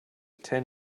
ten